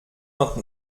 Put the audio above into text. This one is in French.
vingt